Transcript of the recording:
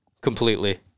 completely